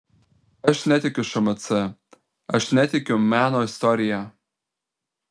aš netikiu šmc aš netikiu meno istorija